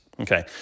Okay